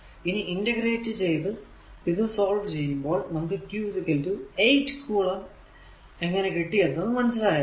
ഇനി ഇന്റഗ്രേറ്റ് ചെയ്തു ഇത് സോൾവ് ചെയ്യുമ്പോൾ നമുക്ക് q 8 കുളം എങ്ങനെ കിട്ടി എന്നത് മനസ്സിലായല്ലോ